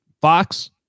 Fox